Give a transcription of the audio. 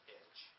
edge